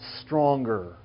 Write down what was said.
stronger